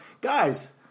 guys